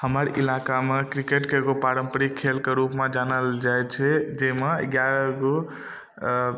हमर इलाकामे किरकेटके एगो पारम्परिक खेलके रूपमे जानल जाइ छै जाहिमे एगारह गो